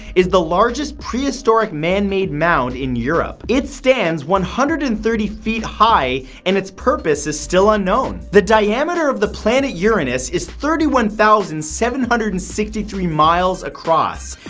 is the largest prehistoric manmade mound in europe. it stands one hundred and thirty feet high, and its purpose is still unknown. the diameter of the planet uranus is thirty one thousand seven hundred and sixty three miles across.